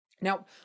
Now